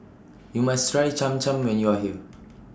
YOU must Try Cham Cham when YOU Are here